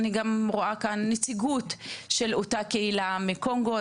ואני גם רואה כאן נציגות של אותה קהילה מקונגו,